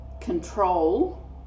control